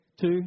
Two